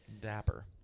Dapper